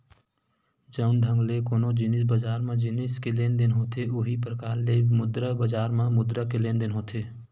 जउन ढंग ले कोनो जिनिस बजार म जिनिस के लेन देन होथे उहीं परकार ले मुद्रा बजार म मुद्रा के लेन देन होथे